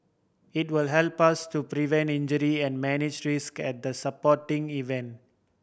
it will help us to prevent injury and manage risk at the sporting event